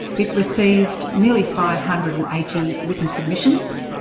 it received nearly five hundred and eighty written submissions.